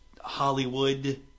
Hollywood